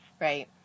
Right